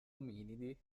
ominidi